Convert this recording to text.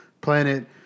planet